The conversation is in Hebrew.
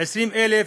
20,000,